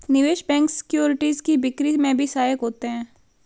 निवेश bank securities की बिक्री में भी सहायक होते हैं